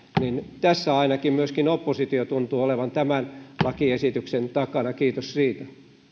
täällä ainakin tässä myöskin oppositio tuntuu olevan lakiesityksen takana kiitos siitä